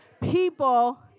people